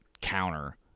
counter